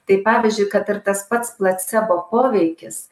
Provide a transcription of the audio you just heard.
tai pavyzdžiui kad ir tas pats placebo poveikis